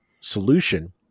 solution